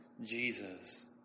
Jesus